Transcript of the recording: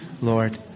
Lord